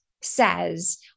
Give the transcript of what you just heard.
says